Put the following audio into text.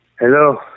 Hello